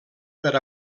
per